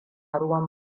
ruwan